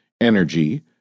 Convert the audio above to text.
energy